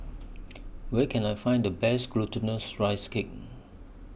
Where Can I Find The Best Glutinous Rice Cake